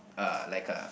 uh like a